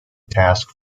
task